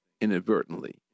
inadvertently